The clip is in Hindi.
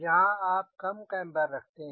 यहाँ आप कम केम्बर रखते हैं